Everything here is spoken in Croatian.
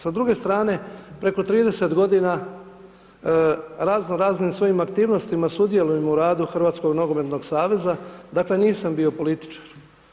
Sa druge strane preko 30 g. razno raznim svojim aktivnostima sudjelujem u radu Hrvatskog nogometnog saveza, dakle, nisam bio politički.